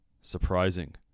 surprising